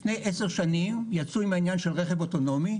לפני 10 שנים יצאו עם העניין של רכב אוטונומי,